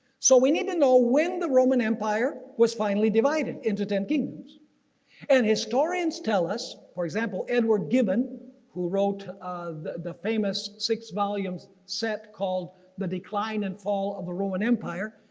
so we need to know when the roman empire was finally divided into ten kings and historians tell us, for example, edward gibbon who wrote the famous six volumes set called the decline and fall of the roman empire.